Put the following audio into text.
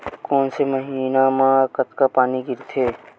कोन से महीना म कतका पानी गिरथे?